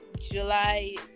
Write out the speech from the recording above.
July